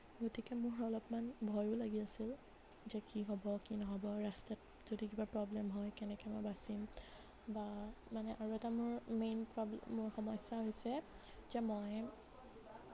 গতিকে মোৰ অলপমান ভয়ো লাগি আছিল যে কি হ'ব কি নহ'ব ৰাস্তাত যদি কিবা প্ৰব্লেম হয় কেনেকে মই বাচিম বা মানে আৰু এটা মোৰ মেইন প্ৰবলেম সমস্যা হৈছে যে মই